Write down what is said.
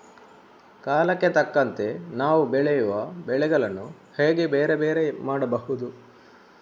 ಕಾಲಕ್ಕೆ ತಕ್ಕಂತೆ ನಾವು ಬೆಳೆಯುವ ಬೆಳೆಗಳನ್ನು ಹೇಗೆ ಬೇರೆ ಬೇರೆ ಮಾಡಬಹುದು?